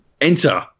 enter